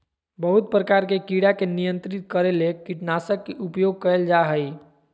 बहुत प्रकार के कीड़ा के नियंत्रित करे ले कीटनाशक के उपयोग कयल जा हइ